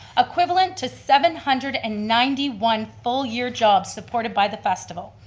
equivalent to seven hundred and ninety one full year jobs supported by the festival.